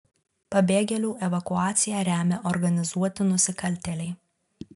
pabėgėlių evakuaciją remia organizuoti nusikaltėliai